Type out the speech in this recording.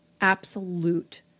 absolute